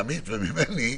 מעמית וממני,